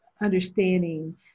understanding